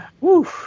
Woo